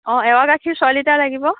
অ' এৱা গাখীৰ ছয় লিটাৰ লাগিব